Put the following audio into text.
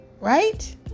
right